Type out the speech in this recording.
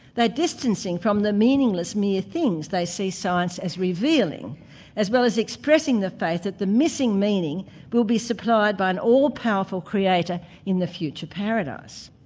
distancing from the meaningless mere things they see science as revealing as well as expressing the faith that the missing meaning will be supplied by an all powerful creator in the future paradise.